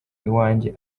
iwanjye